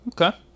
Okay